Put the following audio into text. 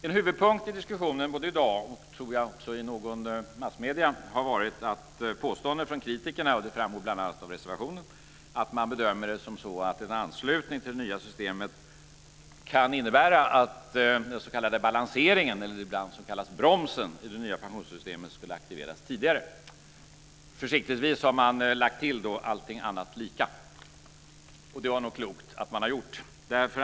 En huvudpunkt i diskussionen både i dag och i något av massmedierna har varit påståendena från kritikerna - och det framgår bl.a. av reservationen - att man bedömer det som så att en anslutning till det nya systemet kan innebära att den s.k. balanseringen, det som ibland kallas bromsen, i det nya pensionssystemet, skulle aktiveras tidigare. Försiktigtvis har man lagt till "allting annat lika". Det var nog klokt att man gjorde det.